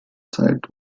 zeit